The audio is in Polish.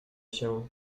się